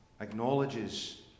acknowledges